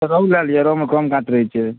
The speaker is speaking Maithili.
रहु लए लिअ रहु मे कम काँट रहै छै